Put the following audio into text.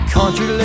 Country